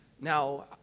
Now